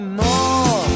more